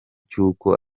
cy’uko